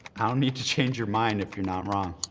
need to change your mind if you're not wrong.